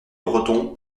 breton